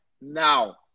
now